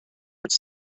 its